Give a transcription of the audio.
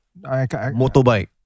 Motorbike